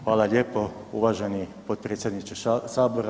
Hvala lijepo uvaženi potpredsjedniče sabora.